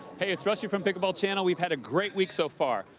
hey it's rusty from pickleball channel. we've had a great week so far.